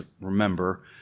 remember